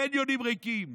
קניונים ריקים,